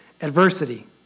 adversity